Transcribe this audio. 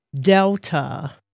Delta